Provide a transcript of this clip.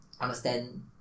understand